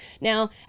Now